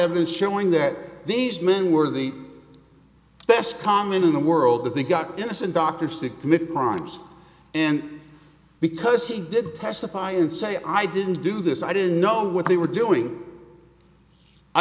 evidence showing that these men were the best comment in the world that they got innocent doctors to commit crimes and because he did testify and say i didn't do this i didn't know what they were doing i